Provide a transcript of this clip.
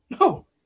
No